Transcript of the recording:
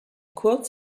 kurz